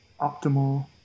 optimal